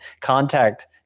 contact